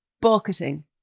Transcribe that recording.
bucketing